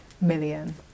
million